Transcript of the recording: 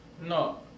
No